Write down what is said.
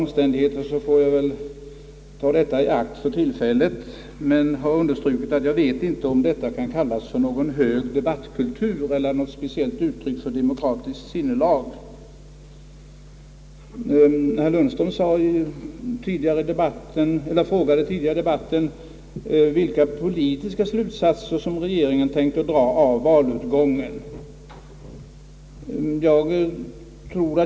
Jag får väl beakta detta för tillfället, men jag vill understryka att jag inte vet om detta kan kallas för någon hög debattkultur eller kan anses vara något speciellt uttryck för ett demokratiskt sinnelag. Herr Lundström frågade tidigare i debatten vilka politiska slutsatser regeringen tänker dra av valutgången.